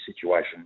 situation